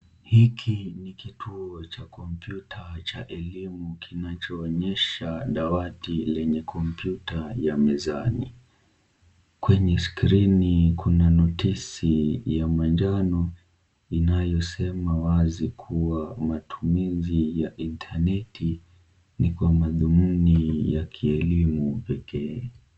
Hiki ni kituo cha computa cha elimu kinachoonyesha dawati lenye computa ya mezani kwenye skini kuna notisi ya manjano inayosema wasi kuwa matumizi ya inteneti ni kwa madhumini ya kielimu pekee